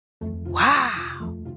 Wow